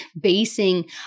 basing